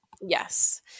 yes